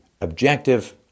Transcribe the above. objective